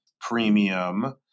premium